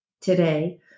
today